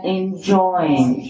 enjoying